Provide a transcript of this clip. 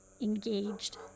Engaged